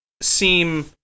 seem